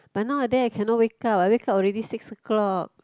but nowadays I cannot wake up I wake up already six o-clock